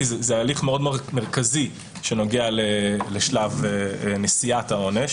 כי זה הליך מאוד מרכזי שנוגע לשלב נשיאת העונש